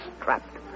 trapped